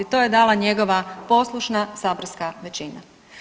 To je dala njegova poslušna saborska većina.